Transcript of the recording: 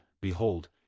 Behold